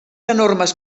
enormes